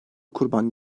kurban